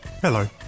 hello